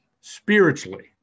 Spiritually